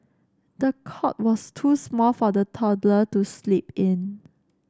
the cot was too small for the toddler to sleep in